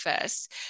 first